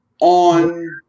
on